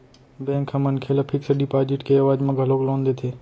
bank ह मनखे ल फिक्स डिपाजिट के एवज म घलोक लोन देथे